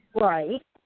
Right